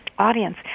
Audience